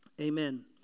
Amen